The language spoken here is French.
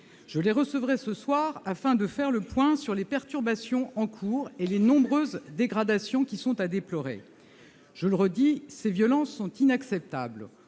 Je les recevrai ce soir afin de faire le point sur les perturbations en cours et les nombreuses dégradations qui sont à déplorer. Je le redis, ces violences sont inacceptables.